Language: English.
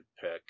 pick